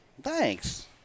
Thanks